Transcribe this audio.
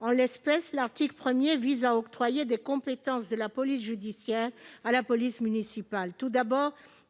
En l'espèce, l'article 1 octroie des compétences de police judiciaire à la police municipale.